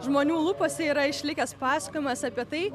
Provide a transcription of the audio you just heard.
žmonių lūpose yra išlikęs pasakojimas apie tai